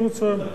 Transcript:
עושים מה שרוצים.